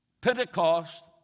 Pentecost